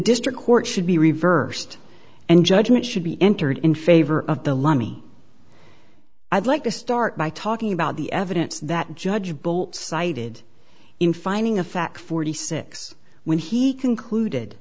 district court should be reversed and judgement should be entered in favor of the lummy i'd like to start by talking about the evidence that judge bull cited in finding a fact forty six when he concluded